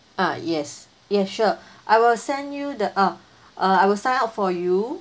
ah yes ya sure I will send you the uh I will sign up for you